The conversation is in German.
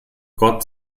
gott